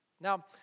Now